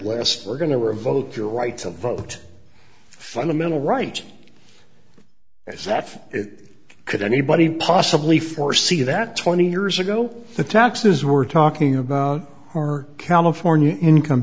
list we're going to revoke your right to vote fundamental right is that it could anybody possibly for see that twenty years ago the taxes we're talking about or california income